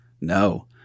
No